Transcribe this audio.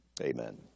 Amen